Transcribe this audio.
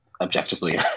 objectively